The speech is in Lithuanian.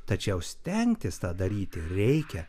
tačiau stengtis tą daryti reikia